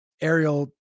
Ariel